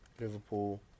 Liverpool